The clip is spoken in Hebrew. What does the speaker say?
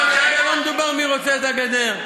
אבל כרגע לא מדובר מי רוצה את הגדר.